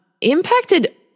impacted